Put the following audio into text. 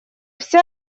вся